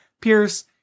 Pierce